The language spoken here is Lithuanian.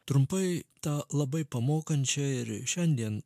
trumpai tą labai pamokančią ir šiandien